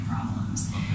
problems